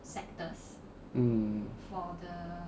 mm